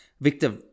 Victor